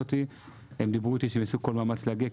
הזאת הם דיברו איתי שהם יעשו כל מאמץ להגיע,